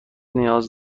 نیاز